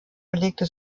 belegte